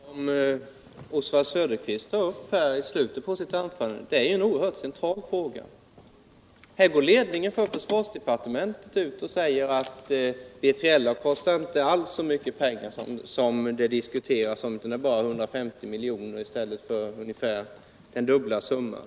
Herr talman! Det som Oswald Söderqvist tar upp i slutet av sitt anförande är en oerhört central fråga. Här går ledningen för försvarsdepartementet ut och säger att B3LA inte alls kostar så mycket som det talas om. Det rör sig bara om 150 miljoner i stället för ungefär den dubbla summan.